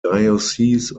diocese